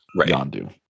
Yondu